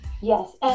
yes